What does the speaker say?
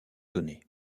donné